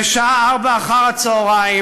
בשעה 16:00,